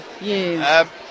Yes